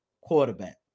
quarterback